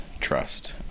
trust